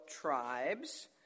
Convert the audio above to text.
tribes